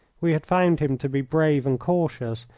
we had found him to be brave and cautious,